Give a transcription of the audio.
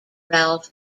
ralph